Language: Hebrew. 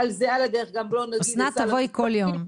אסנת, תבואי כל יום.